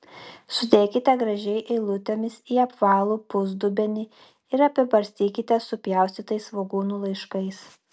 sudėkite gražiai eilutėmis į apvalų pusdubenį ir apibarstykite supjaustytais svogūnų laiškais